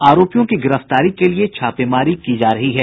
आरोपियों की गिरफ्तारी के लिये छापेमारी की जा रही है